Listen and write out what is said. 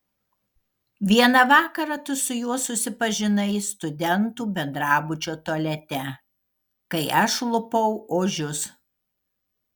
vieną vakarą tu su juo susipažinai studentų bendrabučio tualete kai aš lupau ožius